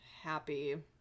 happy